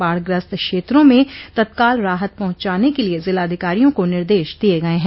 बाढ़ ग्रस्त क्षेत्रा में तत्काल राहत पहुंचाने के लिये जिलाधिकारियों को निर्देश दिये गये हैं